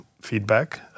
feedback